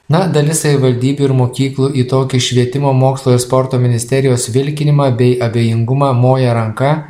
na dalis savivaldybių ir mokyklų į tokį švietimo mokslo ir sporto ministerijos vilkinimą bei abejingumą moja ranka